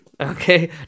Okay